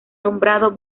nombrado